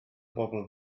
bobl